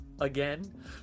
again